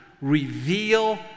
reveal